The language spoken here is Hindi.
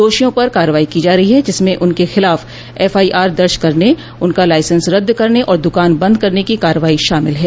दोषियों पर कार्रवाई की जा रही है जिसमें उनके खिलाफ एफआईआर दर्ज करने उनका लाइसेंस रद्द करने और दुकान बंद करने की कार्रवाई शामिल है